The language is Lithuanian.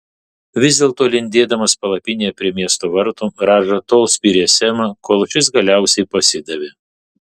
vis dėlto lindėdamas palapinėje prie miesto vartų radža tol spyrė semą kol šis galiausiai pasidavė